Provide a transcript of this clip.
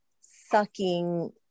sucking